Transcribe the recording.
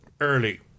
early